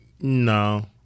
No